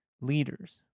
leaders